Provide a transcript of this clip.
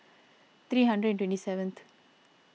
three hundred and twenty seventh